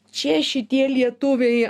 čia šitie lietuviai